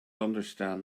understand